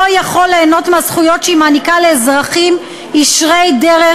יכול ליהנות מהזכויות שהיא מעניקה לאזרחים ישרי דרך,